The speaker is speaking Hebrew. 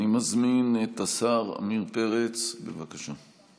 אני מזמין את השר עמיר פרץ, בבקשה.